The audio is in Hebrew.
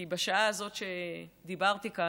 כי בשעה הזאת שדיברתי כאן,